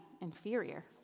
inferior